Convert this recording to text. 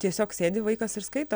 tiesiog sėdi vaikas ir skaito